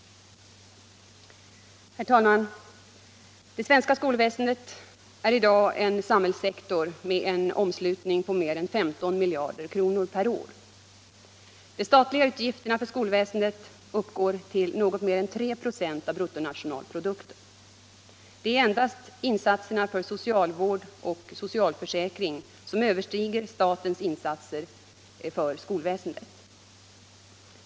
Herr talman! Det svenska skolväsendet är i dag en samhällssektor med en omslutning på mer än 15 miljarder kronor per år. De statliga utgifterna för skolväsendet uppgår till något mer än 3 26 av bruttonationalprodukten. Det är endast insatserna för socialvård och socialförsäkring som överstiger statens insatser för skolväsendet.